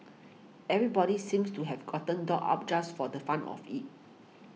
everybody seems to have gotten dolled up just for the fun of it